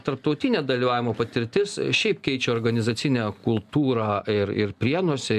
tarptautinė dalyvavimo patirtis šiaip keičia organizacinę kultūrą ir ir prienuose